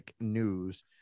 news